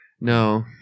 No